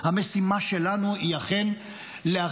המשימה שלנו היא אכן להחזיר,